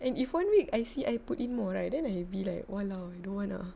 and if one week I see I put in more right then I be like !walao! I don't want ah